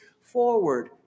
forward